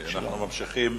אנחנו ממשיכים,